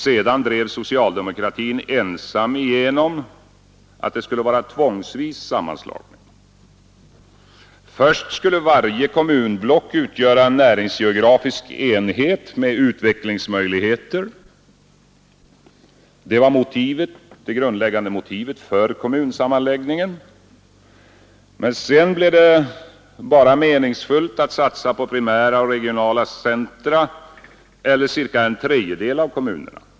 Sedan drev socialdemokratin ensam igenom att det skulle vara tvångsvis sammanslagning. Först skulle varje kommunblock utgöra en näringsgeografisk enhet med utvecklingsmöjligheter. Det var det grundläggande motivet för kommunsammanläggning. Sedan blev det bara meningsfullt att satsa på primära och regionala centra eller cirka en tredjedel av kommunerna.